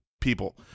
people